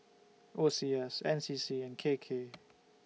O C S N C C and K K